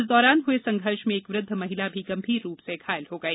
इस दौरान हए संघर्ष में एक वृद्ध महिला भी गंभीर रूप से घायल हो गई